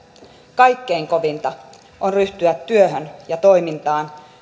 kaikkein kovinta on ryhtyä työhön ja toimintaan